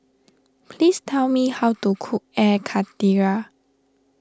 please tell me how to cook Air Karthira